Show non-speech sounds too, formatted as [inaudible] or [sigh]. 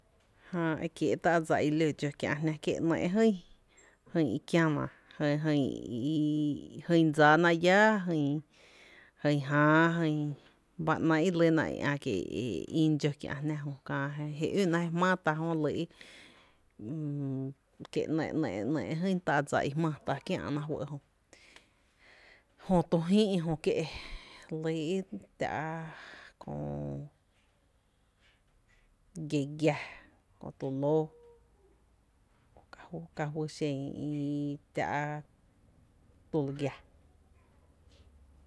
Jää e kiee’ ta’ dsa i lo dxó kiä’ jná, kie’ ‘néé’ jyy, [hesitation] jyn i kiäna jyn i [hesitation] i dsáána lláá, jyn, jyn jáá jyn ba ‘néé’ y lyna e ín dxó kiä’jná kä je üna je jmáá tá jö lýý’ kie’ ‘né’e [hesitation] ‘néé’ [hesitation] jyn tá’ dsa jmⱥⱥ tá kiä’ná fɇ’ jö, jö tu jïï’ jö kié’ lýi tⱥ’ köö gi giⱥ, kö tu lóó, o ka fý xen i tⱥ’ tu lu giⱥ.